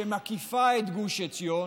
שמקיפה את גוש עציון,